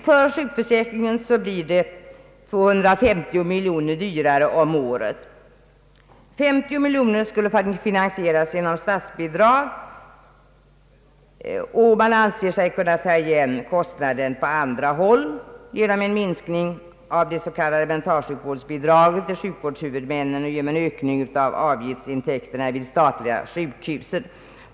För sjukförsäkringen blir det 250 miljoner kronor dyrare om året. 50 miljoner skulle finansieras genom statsbidrag, och man anser sig kunna ta igen den kostnaden genom en minskning av det s.k. mentalsjukvårdsbidraget till sjukvårdshuvudmännen och genom en viss höjning av avgifterna vid de statliga sjukhusen.